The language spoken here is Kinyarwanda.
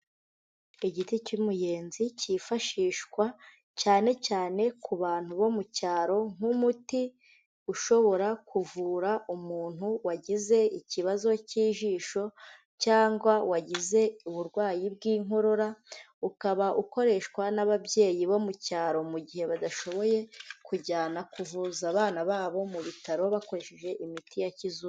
Igiti cy'umuyenzi kifashishwa cyane cyane ku bantu bo mu cyaro nk'umuti ushobora kuvura umuntu wagize ikibazo k'ijisho cyangwa wagize uburwayi bw'inkorora ukaba ukoreshwa n'ababyeyi bo mu cyaro mu gihe badashoboye kujyana kuvuza abana babo mu bitaro bakoresheje imiti ya kizungu.